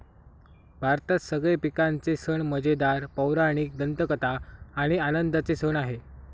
भारतात सगळे पिकांचे सण मजेदार, पौराणिक दंतकथा आणि आनंदाचे सण आहे